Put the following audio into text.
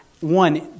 one